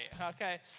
Okay